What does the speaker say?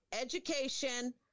education